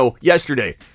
yesterday